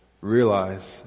realize